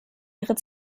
ihre